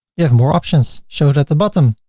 you have more options showed at the bottom.